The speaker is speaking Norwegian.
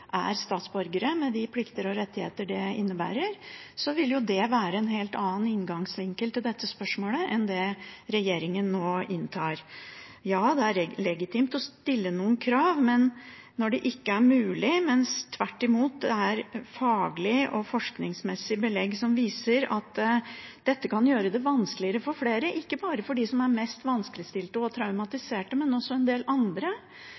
plikter og rettigheter det innebærer, vil det være en helt annen inngangsvinkel til dette spørsmålet enn den regjeringen nå inntar. Ja, det er legitimt å stille noen krav, men hva når det ikke er mulig, men tvert imot faglig og forskningsmessig belegg for at dette kan gjøre det vanskeligere for flere – ikke bare de mest vanskeligstilte og traumatiserte, men også en del andre